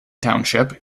township